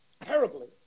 terribly